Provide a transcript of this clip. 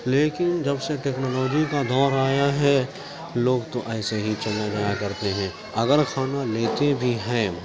لیکن جب سے ٹیکنالوجی کا دور آیا ہے لوگ تو ایسے ہی چلے جایا کرتے ہیں اگر کھانا لیتے بھی ہیں